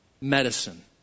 medicine